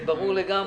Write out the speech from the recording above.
זה ברור לגמרי.